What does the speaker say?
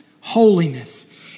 holiness